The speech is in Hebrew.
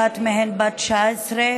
אחת מהן בת 19,